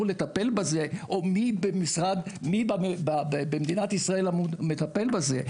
לטפל בזה או מי במדינת ישראל מטפל בזה,